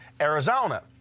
Arizona